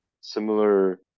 similar